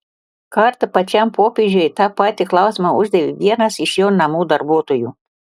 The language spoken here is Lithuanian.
kartą pačiam popiežiui tą patį klausimą uždavė vienas iš jo namų darbuotojų